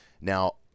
Now